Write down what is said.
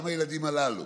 גם הילדים הללו